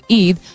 Eid